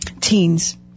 teens